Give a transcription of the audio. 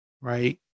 Right